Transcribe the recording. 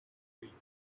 fulfill